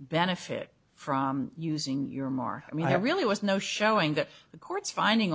benefit from using your mark i mean i really was no showing that the courts finding